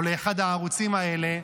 או לאחד מהערוצים האלה,